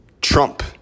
trump